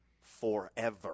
forever